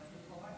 אבל זה קורה.